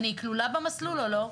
אני כלולה במסלול או לא?